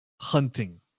hunting